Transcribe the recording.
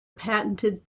patented